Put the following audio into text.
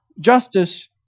justice